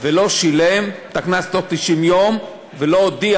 ולא שילם את הקנס בתוך 90 יום, ולא הודיע